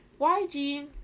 YG